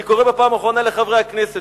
אני קורא בפעם האחרונה לחברי הכנסת